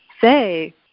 say